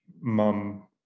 mum